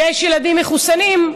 שיש ילדים מחוסנים,